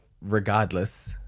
regardless